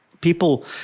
people